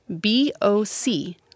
B-O-C